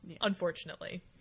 unfortunately